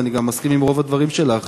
ואני גם מסכים לרוב הדברים שלך,